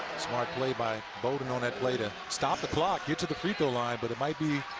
smart play by bouldin on that play to stop the clock, get to the free-throw line. but it might be